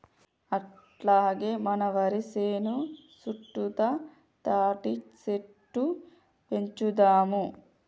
అట్లాగే మన వరి సేను సుట్టుతా తాటిసెట్లు పెంచుదాము